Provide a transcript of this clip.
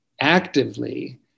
actively